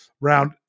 round